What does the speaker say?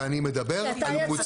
ואני מדבר על מוצר --- כי אתה היצרן.